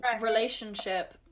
relationship